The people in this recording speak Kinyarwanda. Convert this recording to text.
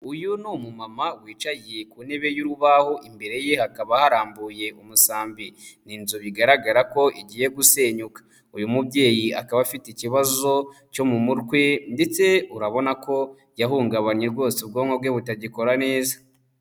Uyu ni umumama wicaye ku ntebe y'urubaho, imbere ye hakaba harambuye umusambi. Ni inzu bigaragara ko igiye gusenyuka. Uyu mubyeyi akaba afite ikibazo cyo mu mutwe ndetse urabona ko yahungabanye rwose ubwonko bwe butagikora neza.